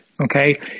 Okay